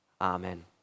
amen